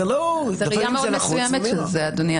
--- זאת ראייה מאוד מסוימת של זה, אדוני.